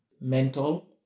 mental